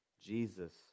Jesus